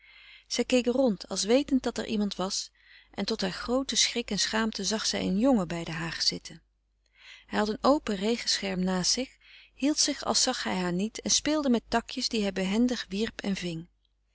zij keek rond als wetend dat er iemand was en tot haar groote schrik en schaamte zag zij een jongen bij de haag zitten hij had een open regenscherm naast zich hield zich als zag hij haar niet en speelde met takjes die hij behendig wierp en ving